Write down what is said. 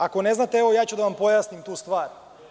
Ako ne znate, evo ja ću da vam pojasnim tu stvar.